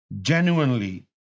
genuinely